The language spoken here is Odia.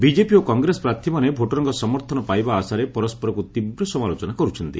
ବିଜେପି ଓ କଂଗ୍ରେସ ପ୍ରାର୍ଥୀମାନେ ଭୋଟରଙ୍କ ସମର୍ଥନ ପାଇବା ଆଶାରେ ପରସ୍କରକୁ ତୀବ୍ର ସମାଲୋଚନା କରୁଛନ୍ତି